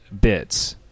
bits